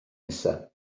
nesaf